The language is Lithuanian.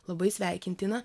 labai sveikintina